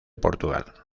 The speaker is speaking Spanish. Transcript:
portugal